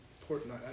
important